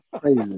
Crazy